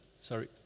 Sorry